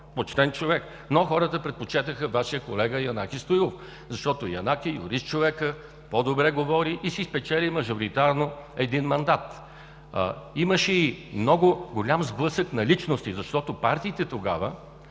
почтен човек, но хората предпочетоха Вашия колега Янаки Стоилов, защото Янаки е юрист, по-добре говори и си спечели мажоритарно един мандат. Имаше и много голям сблъсък на личности, защото партиите тогава